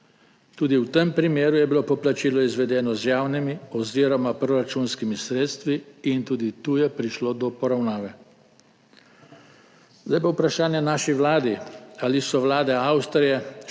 Tudi v tem primeru je bilo poplačilo izvedeno z javnimi oziroma proračunskimi sredstvi in tudi tu je prišlo do poravnave. Zdaj pa vprašanje naši vladi. Ali so vlade Avstrije, Španije